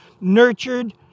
nurtured